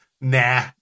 nah